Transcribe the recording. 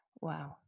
Wow